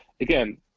Again